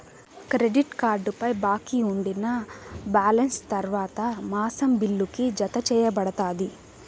credit కార్డుపై బాకీ ఉండినా బాలెన్స్ తర్వాత మాసం బిల్లుకి, జతచేయబడతాది